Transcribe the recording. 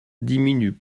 diminuent